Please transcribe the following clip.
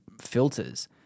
Filters –